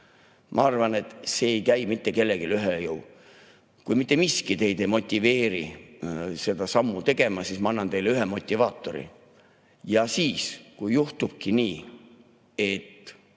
Ma arvan, et see ei käi mitte kellelegi üle jõu. Kui mitte miski teid ei motiveeri seda sammu tegema, siis ma annan teile ühe motivaatori. Kui juhtubki nii, et